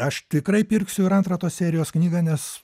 aš tikrai pirksiu ir antrą tos serijos knygą nes